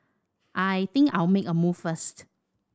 I think I'll make a move first